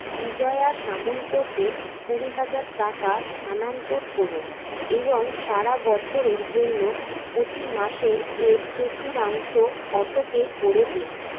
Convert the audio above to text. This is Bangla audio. বিজয়া সামন্তকে কুড়ি হাজার টাকা স্থানান্তর করুন এবং সারা বছরের জন্য প্রতি মাসে এর চতুর্থাংশ অটোপে করে দিন